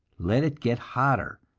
let it get hotter.